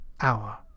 hour